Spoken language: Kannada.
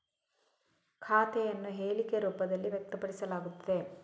ಖಾತೆಯನ್ನು ಹೇಳಿಕೆ ರೂಪದಲ್ಲಿ ವ್ಯಕ್ತಪಡಿಸಲಾಗುತ್ತದೆ